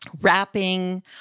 wrapping